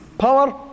power